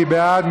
מי בעד?